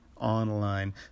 Online